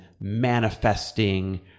manifesting